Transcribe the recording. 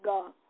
God